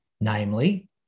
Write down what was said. namely